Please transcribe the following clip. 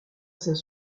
saint